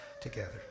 together